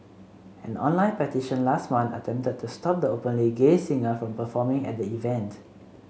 an online petition last month attempted to stop the openly gay singer from performing at the event